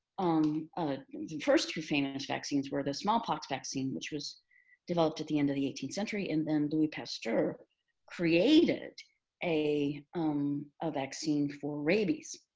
um the first few famous vaccines were the smallpox vaccine, which was developed at the end of the eighteenth century, and then louis pasteur created a um vaccine for rabies.